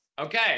Okay